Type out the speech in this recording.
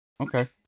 okay